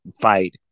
fight